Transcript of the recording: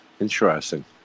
Interesting